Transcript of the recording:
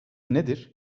nedir